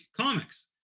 Comics